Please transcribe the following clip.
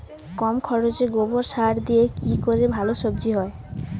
কম খরচে গোবর সার দিয়ে কি করে ভালো সবজি হবে?